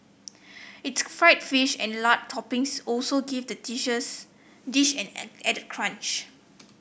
its fried fish and lard toppings also give the dishes dish an added crunch